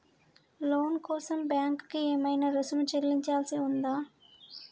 లోను కోసం బ్యాంక్ కి ఏమైనా రుసుము చెల్లించాల్సి ఉందా?